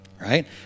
right